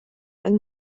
yng